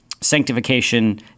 sanctification